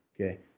Okay